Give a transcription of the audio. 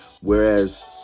Whereas